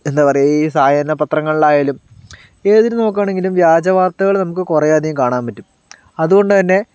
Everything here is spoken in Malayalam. എന്താ പറയുക ഈ സായാഹ്ന പത്രങ്ങളിൽ ആയാലും ഏതിൽ നോക്കുവാണെങ്കിലും വ്യജവാർത്തകള് നമുക്ക് കുറയാതെയും കാണാൻ പറ്റും